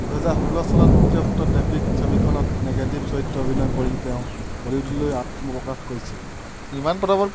দুহেজাৰ ষোল্ল চনত মুক্তিপ্ৰাপ্ত ট্ৰেফিক ছবিখনত নেগেটিভ চৰিত্ৰ অভিনয় কৰি তেওঁ বলিউডলৈ আত্মপ্ৰকাশ কৰিছিল ইমান পতাপত